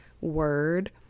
word